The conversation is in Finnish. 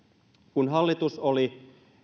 kun hallitus oli